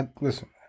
Listen